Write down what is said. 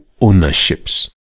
ownerships